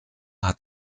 hat